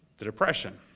the depression.